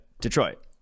Detroit